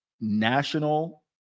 national